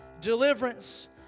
Deliverance